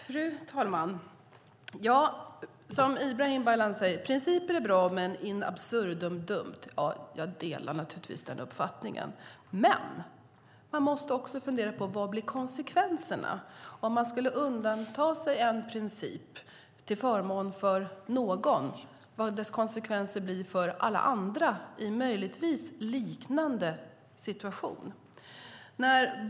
Fru talman! Som Ibrahim Baylan säger är principer bra, men in absurdum något dumt. Ja, jag delar naturligtvis den uppfattningen. Men man måste fundera på vad konsekvenserna skulle bli om man skulle undanta någon till förmån för något. Vad skulle konsekvenserna bli för alla andra i möjligtvis liknande situation?